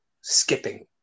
skipping